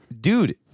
dude